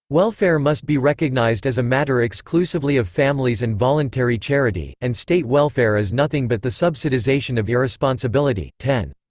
welfare must be recognized as a matter exclusively of families and voluntary charity, and state welfare as nothing but the subsidization of irresponsibility. ten.